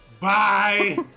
Bye